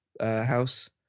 house